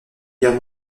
guerre